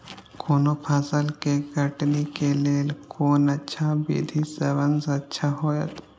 कोनो फसल के कटनी के लेल कोन अच्छा विधि सबसँ अच्छा होयत?